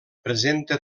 presenta